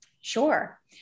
Sure